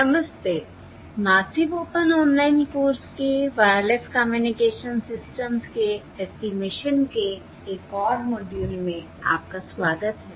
नमस्ते massive open online course के wireless communication systems के ऐस्टीमेशन के एक और मॉड्यूल में आपका स्वागत है